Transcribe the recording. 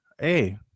Hey